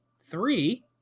three